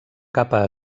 capa